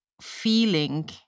feeling